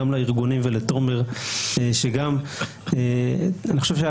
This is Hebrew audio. גם לארגונים ולתומר שאני חושב שהייתה